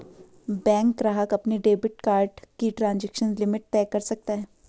bank ग्राहक अपने debit card की ट्रांज़ैक्शन लिमिट तय कर सकता है